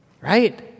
Right